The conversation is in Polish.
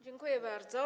Dziękuję bardzo.